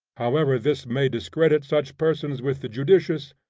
however this may discredit such persons with the judicious,